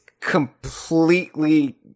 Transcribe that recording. completely